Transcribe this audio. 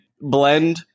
Blend